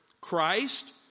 Christ